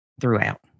throughout